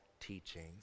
teachings